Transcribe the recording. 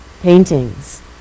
Paintings